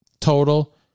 total